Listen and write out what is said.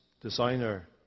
designer